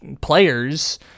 players